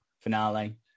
finale